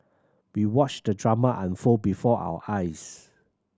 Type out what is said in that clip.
we watched the drama unfold before our eyes